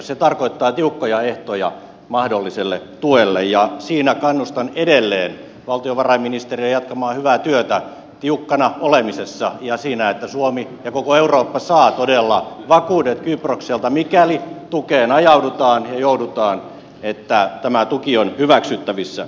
se tarkoittaa tiukkoja ehtoja mahdolliselle tuelle ja siinä kannustan edelleen valtiovarainministeriä jatkamaan hyvää työtä tiukkana olemisessa ja siinä että suomi ja koko eurooppa saavat todella vakuudet kyprokselta mikäli tukeen ajaudutaan ja joudutaan että tämä tuki on hyväksyttävissä